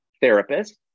therapist